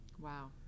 Wow